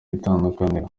itandukaniro